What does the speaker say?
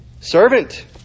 Servant